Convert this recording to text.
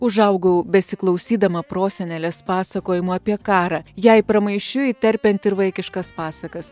užaugau besiklausydama prosenelės pasakojimų apie karą jai pramaišiui įterpiant ir vaikiškas pasakas